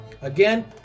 Again